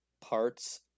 parts